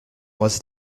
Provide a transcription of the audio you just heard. was